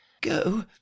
go